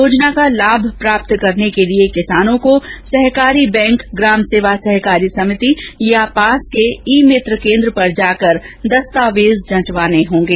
योजना का लाभ प्राप्त करने के लिए किसान को सहकारी बैंक या ग्राम सेवा सहकारी समिति या पास के ई मित्र केन्द्र पर जाकर दस्तावेज जंचवाने होंगे